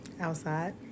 outside